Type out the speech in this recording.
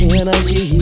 energy